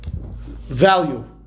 value